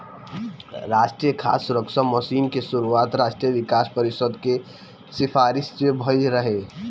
राष्ट्रीय खाद्य सुरक्षा मिशन के शुरुआत राष्ट्रीय विकास परिषद के सिफारिस से भइल रहे